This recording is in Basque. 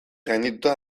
gaindituta